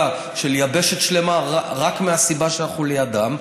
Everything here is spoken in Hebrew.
של יבשת שלמה רק מהסיבה שאנחנו לידם.